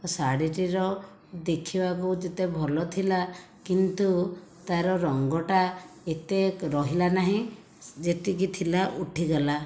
ଓ ଶାଢ଼ୀ ଟିର ଦେଖିବାକୁ ଯେତେ ଭଲ ଥିଲା କିନ୍ତୁ ତାର ରଙ୍ଗ ଟା ଏତେ ରହିଲା ନାହିଁ ଯେତିକି ଥିଲା ଉଠିଗଲା